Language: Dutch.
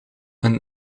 een